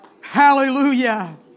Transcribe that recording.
Hallelujah